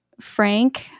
frank